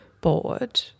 bored